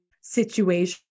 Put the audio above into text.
situation